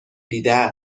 دیده